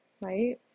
right